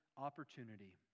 opportunity